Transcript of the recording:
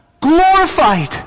glorified